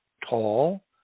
tall